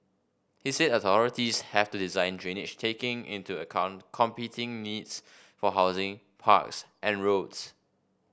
he said authorities have to design drainage taking into account competing needs for housing parks and roads